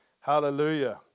Hallelujah